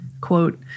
Quote